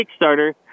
Kickstarter